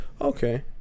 Okay